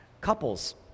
Couples